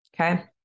okay